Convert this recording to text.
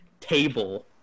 table